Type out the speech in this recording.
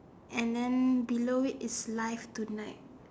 and then below is it live tonight